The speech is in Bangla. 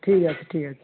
ঠিক আছে ঠিক আছে